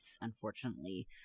unfortunately